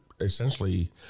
essentially